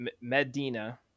Medina